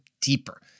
deeper